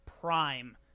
prime